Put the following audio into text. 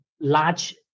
large